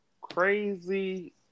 crazy